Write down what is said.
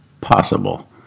possible